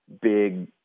big